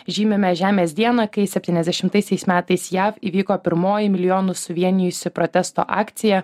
žymime žemės dieną kai septyniasdešimtaisiais metais jav įvyko pirmoji milijonus suvienijusi protesto akcija